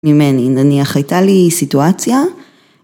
‫ממני, נניח הייתה לי סיטואציה.